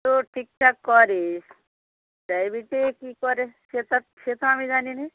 তো ঠিকঠাক করে প্রাইভেটে কী করে সেটা সে তো আমি জানিনি